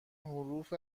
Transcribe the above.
حروف